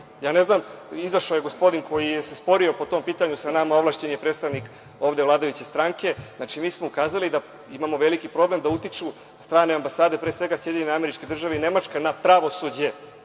Ja ne znam, izašao je gospodin koji se sporio po tom pitanju sa nama, ovlašćen je predstavnik ovde vladajuće stranke. Znači, mi smo ukazali da imamo veliki problem da utiču strane ambasade, pre svega SAD i Nemačka, na pravosuđe,